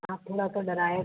आप थोड़ा सा डराया